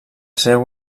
seu